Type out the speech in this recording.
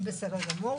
בסדר גמור.